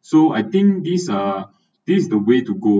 so I think this uh this is the way to go